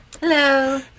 Hello